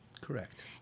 Correct